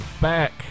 back